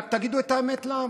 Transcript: רק תגידו את האמת לעם.